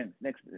next